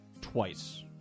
twice